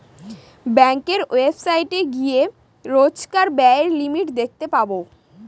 ব্যাঙ্কের ওয়েবসাইটে গিয়ে রোজকার ব্যায়ের লিমিট দেখতে পাবো